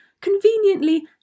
conveniently